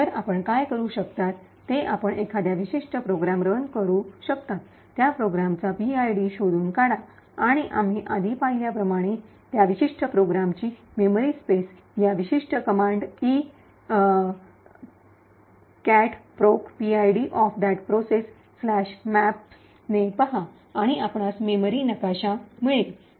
तर आपण काय करू शकता ते आपण एखादा विशिष्ट प्रोग्राम रन करू शकता त्या प्रोग्रामचा पीआयडी शोधून काढा आणि आम्ही आधी पाहिल्याप्रमाणे त्या विशिष्ट प्रोग्रामची मेमरी स्पेस या विशिष्ट कमांड कॅट प्रोक पीआयडी द्वारे प्रक्रिया नकाशे cat procPID of that processmaps ने पहा आणि आपणास मेमरी नकाशा मिळेल